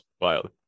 Wild